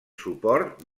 suport